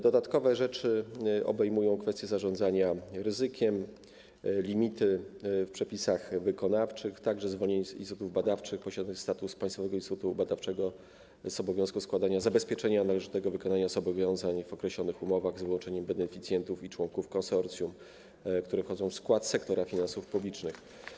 Dodatkowe zagadnienia to kwestie zarządzania ryzykiem, limity w przepisach wykonawczych, zwolnienie instytutów badawczych posiadających status państwowego instytutu badawczego z obowiązku składania zabezpieczenia należytego wykonania zobowiązań w określonych umowach z wyłączeniem beneficjentów i członków konsorcjum, którzy wchodzą w skład sektora finansów publicznych.